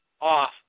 off